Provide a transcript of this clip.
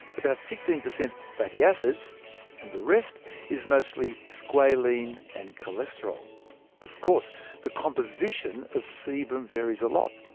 about sixteen percent fatty acids, and the rest is mostly squalene and cholesterol. but of course the composition of sebum varies a lot.